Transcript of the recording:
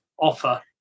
offer